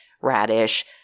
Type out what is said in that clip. radish